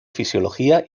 fisiología